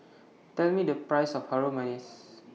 Tell Me The Price of Harum Manis